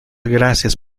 gracias